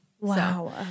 Wow